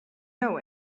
know